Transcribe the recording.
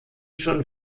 schon